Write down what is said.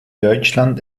deutschland